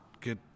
get